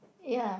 ya